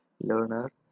Learner